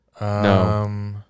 No